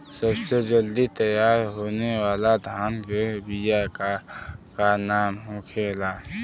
सबसे जल्दी तैयार होने वाला धान के बिया का का नाम होखेला?